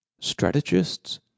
Strategists